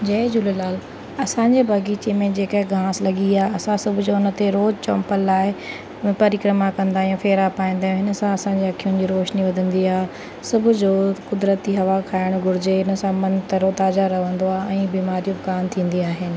जय झूलेलाल असांजे बाग़ीचे में जेका घास लॻी आहे असां सभु जो उन ते रोज़ु चम्पल लाहे परिक्रमा कंदा आहियूं फेरा पाईंदा आहियूं इन सां असांजी अखियुनि जी रोशनी वधंदी आ्हे सुबुह जो क़ुदिरती हवा खाइणु घुरिजे हिन सां मनु तरोताज़ा रहंदो आहे ऐं बीमारियूं बि कोन थींदी आहिनि